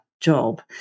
job